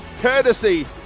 courtesy